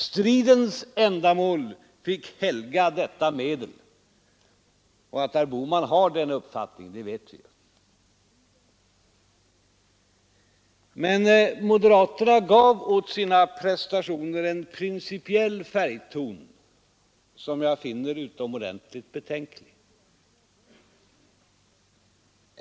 Stridens ändamål fick helga detta medel. Att herr Bohman har denna uppfattning vet vi ju. Men moderaterna gav åt sina prestationer en principiell färgton som jag finner utomordentligt betänklig.